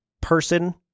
person